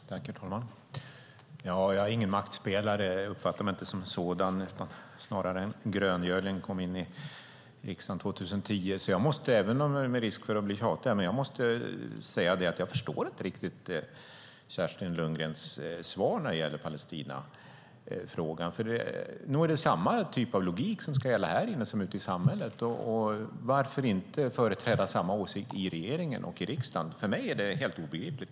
Herr talman! Jag är ingen maktspelare. Jag uppfattar mig inte som någon sådan utan snarare som en gröngöling. Jag kom in i riksdagen 2010. Med risk för att bli tjatig måste jag säga att jag inte riktigt förstår Kerstin Lundgrens svar när det gäller Palestinafrågan. Nog är det samma typ av logik som ska gälla härinne som ute i samhället, och varför inte företräda samma åsikt i regeringen och riksdagen? För mig är det helt obegripligt.